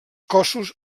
cossos